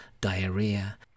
diarrhea